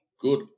good